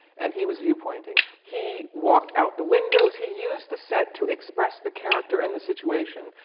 and he was viewpointing. he walked out the windows. he used the set to express the character and the situation.